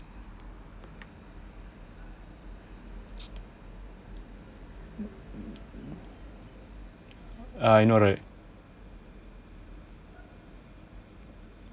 ah I know right